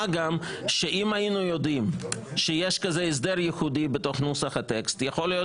מה גם שאם היינו יודעים שיש כזה הסדר ייחודי בתוך נוסח הטקסט יכול להיות